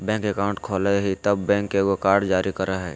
bank account खोलय हइ तब बैंक एगो कार्ड जारी करय हइ